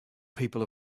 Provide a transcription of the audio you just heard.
people